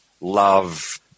love